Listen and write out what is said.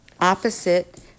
opposite